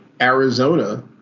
Arizona